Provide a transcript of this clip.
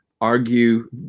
argue